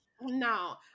no